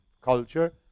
culture